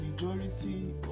majority